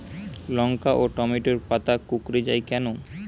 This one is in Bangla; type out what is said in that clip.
লঙ্কা ও টমেটোর পাতা কুঁকড়ে য়ায় কেন?